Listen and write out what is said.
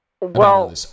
Well-